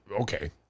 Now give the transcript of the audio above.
Okay